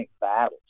battles